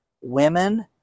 women